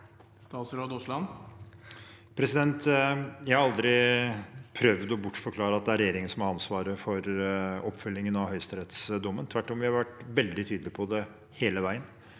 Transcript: Statsråd Terje Aasland Jeg har aldri prøvd å bortforklare at det er regjeringen som har ansvaret for oppfølgingen av høyesterettsdommen. Tvert om har vi vært veldig tydelige på det hele veien.